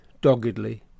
doggedly